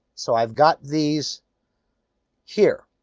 so i've got these here.